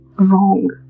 Wrong